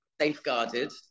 safeguarded